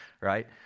right